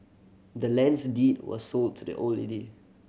the land's deed was sold to the old lady